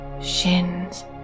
shins